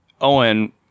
owen